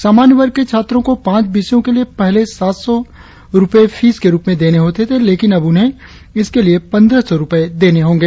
सामान्य वर्ग के छात्रों को पांच विषयों के लिए पहले सात सौ पचास रुपए फीस के रुप में देने होते थे लेकिन अब उन्हें इसके लिए पंद्रह सौ रुपये देने होंगे